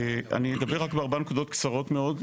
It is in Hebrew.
אני אדבר רק בארבע נקודות קצרות מאוד,